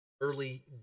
early